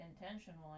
intentionally